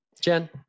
Jen